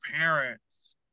parents